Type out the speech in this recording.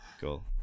Cool